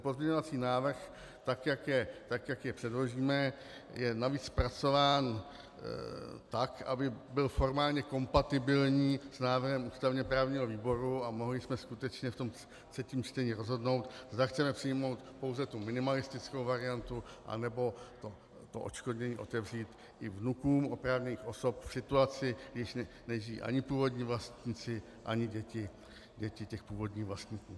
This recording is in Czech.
Pozměňovací návrh, tak jak jej předložíme, je navíc zpracován tak, aby byl formálně kompatibilní s návrhem ústavněprávního výboru a mohli jsme skutečně v tom třetím čtení rozhodnout, zda chceme přijmout pouze minimalistickou variantu, anebo to odškodnění otevřít i vnukům oprávněných osob v situaci, kdy nežijí ani původní vlastníci, ani děti těch původních vlastníků.